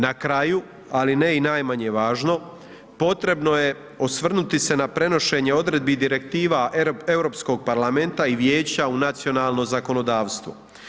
Na kraju, ali ne i najmanje važno, potrebno je osvrnuti se na prenošenje odredbi i direktiva Europskog parlamenta i vijeća u nacionalno zakonodavstvo.